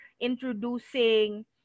introducing